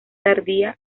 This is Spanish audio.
tardía